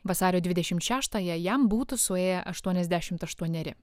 vasario dvidešimt šeštąją jam būtų suėję aštuoniasdešimt aštuoneri